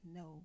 no